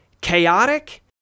chaotic